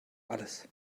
alles